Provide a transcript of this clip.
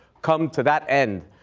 come to that end?